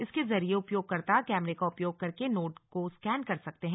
इसके जरिए उपयोगकर्ता कैमरे का उपयोग करके नोट को स्कैन कर सकते हैं